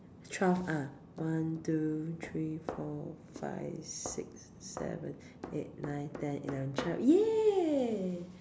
twelve ah one two three four five six seven eight nine ten eleven twelve !yay!